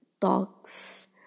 talks